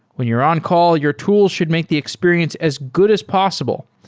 when you're on-call, your tool should make the experience as good as possible,